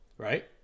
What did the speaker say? Right